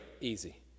easy